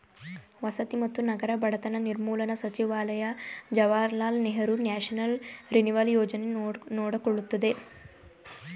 ವಸತಿ ಮತ್ತು ನಗರ ಬಡತನ ನಿರ್ಮೂಲನಾ ಸಚಿವಾಲಯ ಜವಾಹರ್ಲಾಲ್ ನೆಹರು ನ್ಯಾಷನಲ್ ರಿನಿವಲ್ ಯೋಜನೆ ನೋಡಕೊಳ್ಳುತ್ತಿದೆ